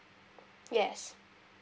yes